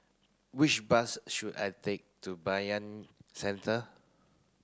which bus should I take to Bayanihan Centre